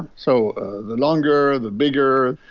so the longer, the bigger,